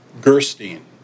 Gerstein